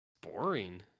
boring